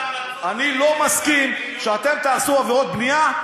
אני לא מסכים שאתם תעשו עבירות בנייה?